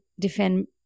defend